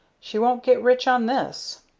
she won't get rich on this.